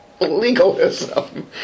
legalism